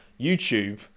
YouTube